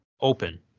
open